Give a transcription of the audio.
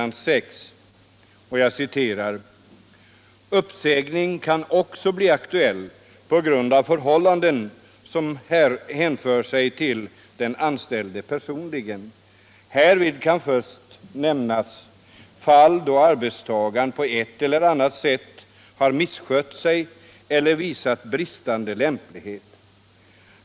”Uppsägning kan också bli aktuell på grund av förhållande som hänför sig till den anställde personligen. Härvid kan först nämnas fall då arbetstagaren på ett eller annat sätt har misskött sig eller visat bristande lämplighet.